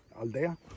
aldea